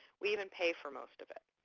we even pay for most of it.